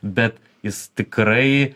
bet jis tikrai